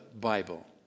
Bible